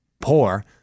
poor